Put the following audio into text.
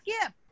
skip